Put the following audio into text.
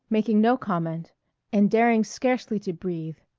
making no comment and daring scarcely to breathe.